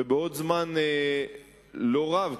ובעוד זמן לא רב,